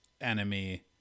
enemy